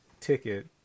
ticket